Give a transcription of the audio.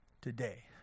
Today